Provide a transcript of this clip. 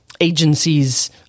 agencies